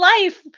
life